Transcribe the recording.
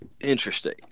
interesting